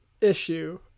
issue